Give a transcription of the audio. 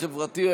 החברתי,